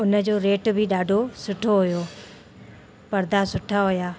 उन जो रेट बि ॾाढो सुठो हुओ परदा सुठा हुआ